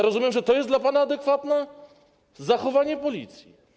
Rozumiem, że to jest dla pana adekwatne zachowanie Policji.